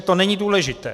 To není důležité.